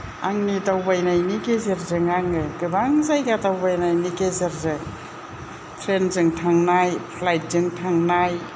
आंनि दावबायनायनि गेजेरजों आङो गोबां जायगा दावबायनायनि गेजेरजों ट्रेनजों थांनाय फ्लाइटजों थांनाय